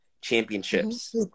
championships